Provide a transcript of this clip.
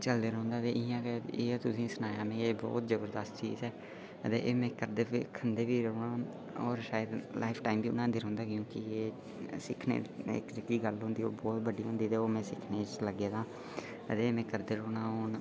ते ओह् चलदे रौं'ह्दा ते इ'यै में तुसेंगी सनाएआ ऐ ओह बड़ी जबरदस्त चीज ऐ अगर में एह् करदे में खंदे बी र'वां होर शायद में लाइफ टाईम बनांदे क्योंकि एह् में सिक्खने दी जेह्की गल्ल होंदी ओह् बहुत बड्डी गल्ल होंदी ऐ ओह् में सिक्खन लगे दां एह् में करदे रौह्ना हून